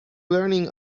learning